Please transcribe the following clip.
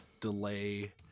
delay